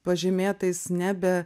pažymėtais nebe